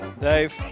Dave